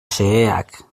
xeheak